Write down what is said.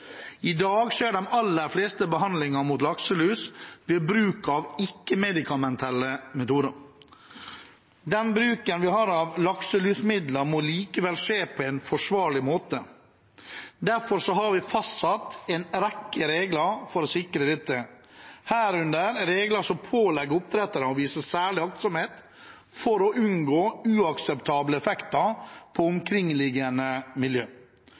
I dag skjer de aller fleste behandlinger mot lakselus ved bruk av ikke-medikamentelle metoder. Den bruken vi har av lakselusemidler, må likevel skje på en forsvarlig måte. Derfor har vi fastsatt en rekke regler for å sikre dette, herunder regler som pålegger oppdrettere å vise særlig aktsomhet for å unngå uakseptable effekter på omkringliggende miljø.